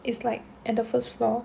is like at the first floor